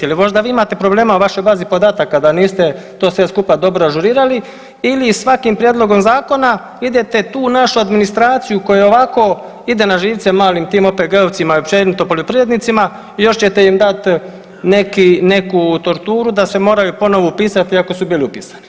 Je li možda vi imate problema u vašoj bazi podataka da niste to sve skupa dobro ažurirali ili svakim prijedlogom zakona idete tu našu administraciju koja i ovako ide na živce malim tim OPG-ovcima i općenito poljoprivrednicima i još ćete im dati neku torturu da se moraju ponovno upisati iako su bili upisani?